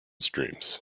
streams